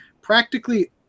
Practically